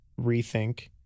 Rethink